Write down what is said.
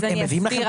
אז אני אסביר.